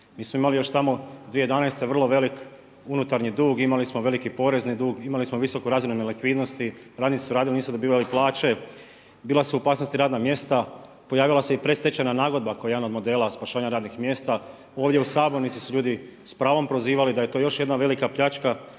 Mi smo imali još tamo 2011. vrlo velik unutarnji dug, imali smo veliki porezni dug, imali smo visoku razinu nelikvidnosti, radnici su radili a nisu dobivali plaće, bila su u opasnosti radna mjesta, pojavila se i predstečajna nagodba kao jedan od modela spašavanja radnih mjesta. Ovdje u sabornici su ljudi s pravom prozivali da je to još jedna velika pljačka.